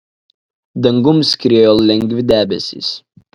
dangum skriejo lengvi debesys